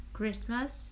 Christmas